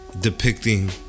Depicting